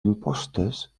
impostes